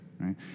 right